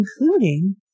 including